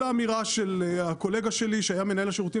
כל האמירה של הקולגה שלי שהיה מנהל השירותים